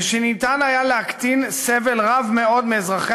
וניתן היה להקטין את הסבל הרב מאוד של אזרחי